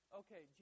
okay